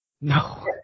No